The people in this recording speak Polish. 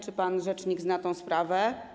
Czy pan rzecznik zna tę sprawę?